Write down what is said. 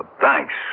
thanks